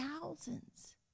thousands